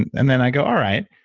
and then i go all right,